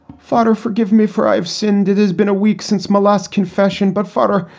father, forgive me, for i have sinned, it has been a week since my last confession. but, father,